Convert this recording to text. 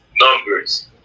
numbers